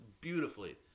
beautifully